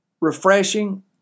refreshing